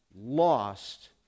lost